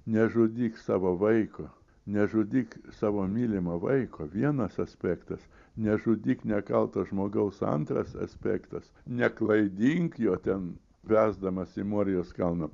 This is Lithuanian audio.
nežudyk savo vaiko nežudyk savo mylimo vaiko vienas aspektas nežudyk nekalto žmogaus antras aspektas neklaidink jo ten bręsdamas į morijos kalną